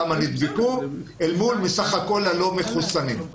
כמה נבדקו אל מול סך כל הלא מחוסנים.